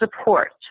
support